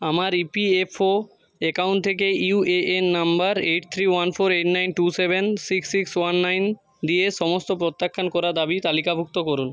আমার EPFO account থেকে UAN number eight three one four eight nine two seven six six one nine দিয়ে সমস্ত প্রত্যাখ্যান করা দাবি তালিকাভুক্ত করুন